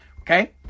Okay